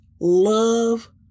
love